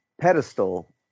pedestal